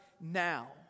now